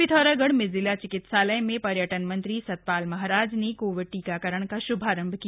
शिथौरागढ़ में जिला चिकित्सालय में श्येटन मंत्री सत ाल महाराज ने कोविड टीकाकरण का श्भारम्भ किया